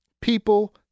People